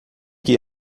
que